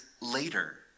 later